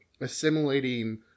assimilating